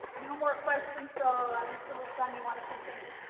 no more questions, so mr. lee-sung, you want to continue?